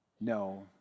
no